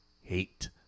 hate